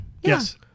Yes